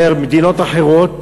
ממדינות אחרות.